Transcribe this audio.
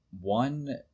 One